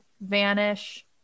vanish